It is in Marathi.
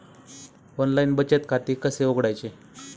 ऑनलाइन बचत खाते कसे उघडायचे?